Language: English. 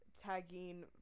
tagging